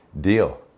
deal